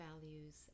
values